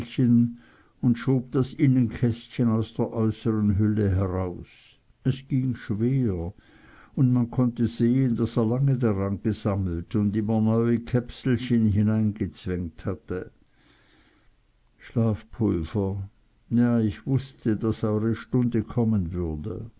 und schob das innenkästchen aus der äußeren hülse heraus es ging schwer und man konnte sehen daß er lange daran gesammelt und immer neue käpselchen hineingezwängt hatte schlafpulver ja ich wußte daß eure stunde kommen würde